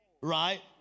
right